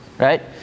Right